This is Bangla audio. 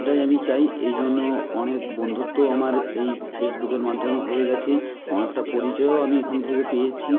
এটাই আমি চাই এই জন্য অনেক বন্ধুত্বও আমার এই ফেসবুকের মাধ্যমে হয়ে গেছে অনেকটা পরিচয়ও আমি এখান থেকে পেয়েছি